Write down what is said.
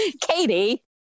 Katie